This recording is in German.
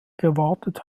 gewartet